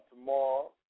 tomorrow